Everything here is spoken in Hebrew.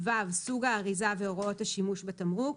(ו)סוג האריזה והוראות השימוש בתמרוק,